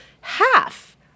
Half